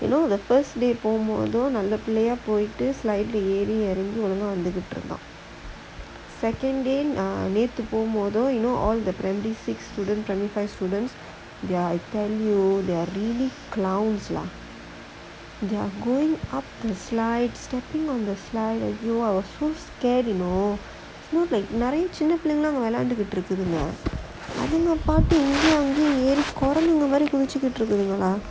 you know the first day போகும் போது நல்ல புள்ளயா போயிட்டு:pogum pothu nalla pullaiyaa poittu slide ஏறி இறங்கி ஒழுங்கா வந்துட்டு இருந்தான்:eri irangi olungaa vanthuttu irunthaan second lane ah நேத்து போகும் போது:nethu pogum pothu need to pull model you know all the primary six student primary five students ya I tell you they are really clowns lah going up the slides standing there couldn't stand you know நிறையா சின்ன பிள்ளைகல்லா விளயான்ட்டு இருக்குதுக அவங்க பாட்டுக்கு இங்கயும் அங்கயும் குரங்குக மாறி குதிசுட்டு இருக்குதுக:niraiyaa chinna pullaikalla vilayanttu irukkuthuga avanga paatukku ingayum angayum kuranguga maari kuthichuttu irukkuthuga lah